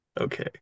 Okay